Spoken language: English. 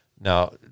Now